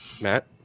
Matt